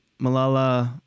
Malala